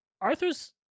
Arthur's